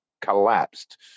collapsed